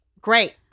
great